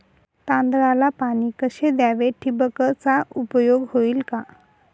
तांदळाला पाणी कसे द्यावे? ठिबकचा उपयोग होईल का?